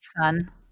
son